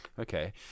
Okay